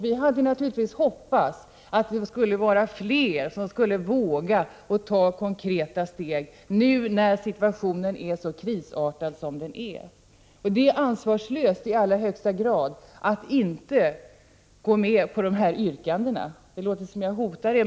Vi hade naturligtvis hoppats att flera skulle våga ta konkreta steg, nu när situationen är så krisartad som den är. Det är i allra högsta grad ansvarslöst att inte gå med på dessa yrkanden. Det låter som om jag hotar er.